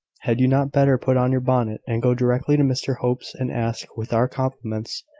had you not better put on your bonnet, and go directly to mr hope's, and ask, with our compliments,